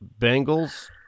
Bengals